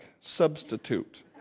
substitute